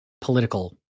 political